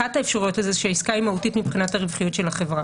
אחת האפשרויות לזה שעסקה היא מהותית מבחינת הרווחיות של החברה,